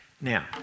Now